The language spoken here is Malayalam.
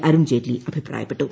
അരുൺ ജെയ്റ്റ്ലി അഭിപ്രായപ്പെട്ടു